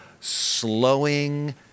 slowing